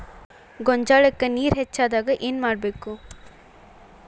ಗೊಂಜಾಳಕ್ಕ ನೇರ ಹೆಚ್ಚಾದಾಗ ಏನ್ ಮಾಡಬೇಕ್?